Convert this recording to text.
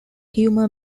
humor